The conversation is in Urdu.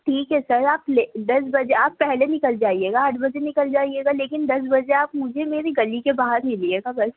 ٹھیک ہے سر آپ لے دس بجے آپ پہلے نکل جائیے گا آٹھ بجے نکل جائیے گا لیکن دس بجے آپ مجھے میری گلی کے باہر ملیے گا بس